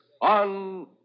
on